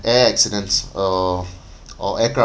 air accidents or or aircraft